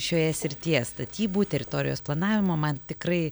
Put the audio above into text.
šioje srityje statybų teritorijos planavimo man tikrai